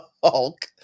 Hulk